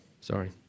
Sorry